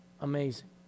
Amazing